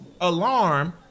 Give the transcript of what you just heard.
Alarm